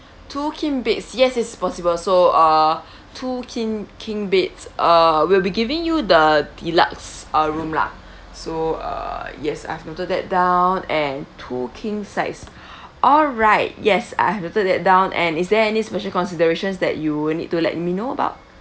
two king beds yes yes it's possible so err two king king beds uh we'll be giving you the deluxe uh room lah so err yes I've noted that down and two king size alright yes I've noted that down and is there any special considerations that you would need to let me know about